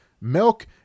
milk